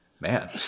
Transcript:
Man